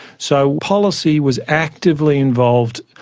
so policy was actively involved,